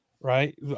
right